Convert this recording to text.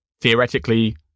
theoretically